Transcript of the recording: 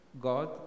God